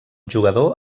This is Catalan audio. jugador